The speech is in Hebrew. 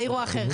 זה אירוע אחר,